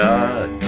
God